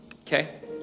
Okay